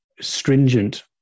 stringent